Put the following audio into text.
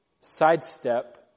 sidestep